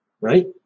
right